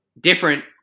different